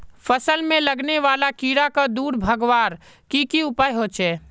फसल में लगने वाले कीड़ा क दूर भगवार की की उपाय होचे?